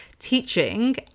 teaching